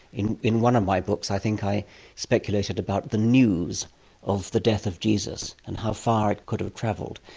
in in one of my books i think i speculated about the news of the death of jesus and how far it could have travelled,